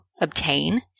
obtain